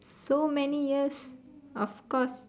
so many years of course